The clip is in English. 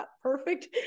perfect